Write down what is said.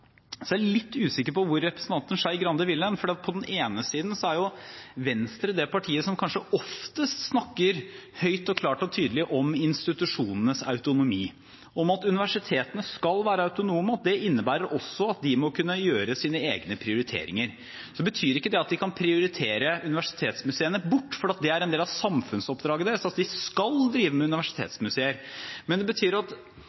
litt usikker på hvor representanten Skei Grande vil hen, for på den ene siden er Venstre det partiet som kanskje oftest snakker høyt, klart og tydelig om institusjonenes autonomi, om at universitetene skal være autonome, og det innebærer også at de må kunne gjøre sine egne prioriteringer. Så betyr ikke det at de kan prioritere universitetsmuseene bort, for det er en del av samfunnsoppdraget deres. De skal drive universitetsmuseer. Det betyr i hvert fall at